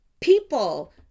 people